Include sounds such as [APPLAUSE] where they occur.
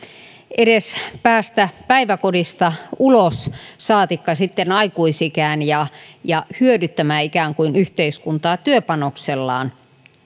edes päästä päiväkodista ulos saatikka sitten aikuisikään ja [UNINTELLIGIBLE] ja hyödyttämään ikään kuin yhteiskuntaa työpanoksellaan